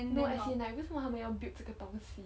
no as in like 为什么他们要 build 这个东西